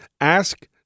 ask